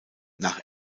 nach